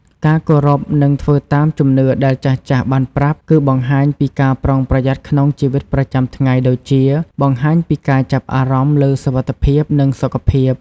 ការគោរពនិងធ្វើតាមជំនឿដែលចាស់ៗបានប្រាប់ គឺបង្ហាញពីការប្រុងប្រយ័ត្នក្នុងជីវិតប្រចាំថ្ងៃ ដូចជា បង្ហាញពីការចាប់អារម្មណ៍លើសុវត្ថិភាព និងសុខភាព។